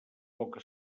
poca